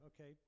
okay